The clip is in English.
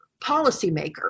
policymaker